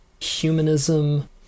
humanism